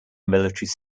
military